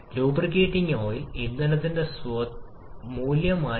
അതുപോലെ തന്നെ Cv ā b1 T പൊതുവേ 300 മുതൽ 1500 കെൽവിൻ വരെയാണ്